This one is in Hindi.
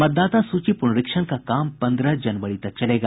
मतदाता सूची पुनरीक्षण का काम पन्द्रह जनवरी तक चलेगा